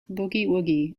boogie